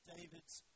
David's